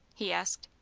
he asked.